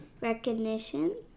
Recognition